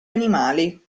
animali